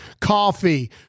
coffee